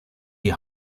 die